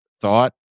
thought